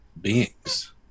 beings